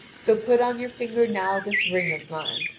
so put on your finger now this ring of mine,